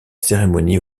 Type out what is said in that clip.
cérémonies